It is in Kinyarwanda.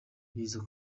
biza